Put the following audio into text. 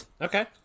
Okay